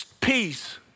peace